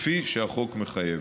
כפי שהחוק מחייב.